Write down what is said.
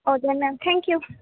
आव बेनो thank U